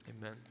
Amen